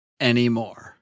anymore